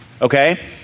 okay